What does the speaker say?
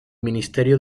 ministerio